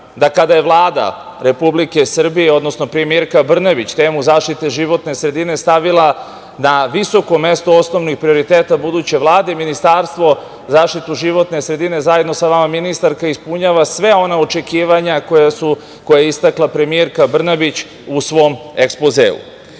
da kada je Vlada Republike Srbije, odnosno premijerka Brnabić, temu zaštite životne sredine stavila na visoko mesto osnovnih prioriteta buduće Vlade i Ministarstvo za zaštitu životne sredine zajedno sa vama ministarka ispunjava sve ona očekivanja koje je istakla premijerka Brnabić u svom ekspozeu. Želeo